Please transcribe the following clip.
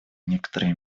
некоторые